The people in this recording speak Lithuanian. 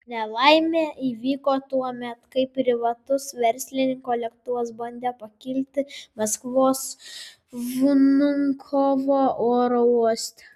nelaimė įvyko tuomet kai privatus verslininko lėktuvas bandė pakilti maskvos vnukovo oro uoste